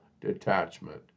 detachment